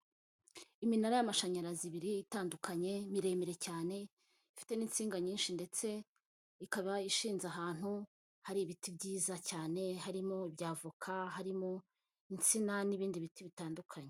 Iminara y'amashanyarazi ibiri itandukanye miremire cyane ifite n'insinga nyinshi ndetse ikaba ishinze ahantu hari ibiti byiza cyane harimo ibya avoka, harimo insina n'ibindi biti bitandukanye.